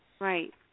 Right